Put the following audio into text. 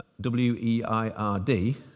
W-E-I-R-D